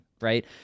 right